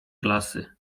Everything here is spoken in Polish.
klasy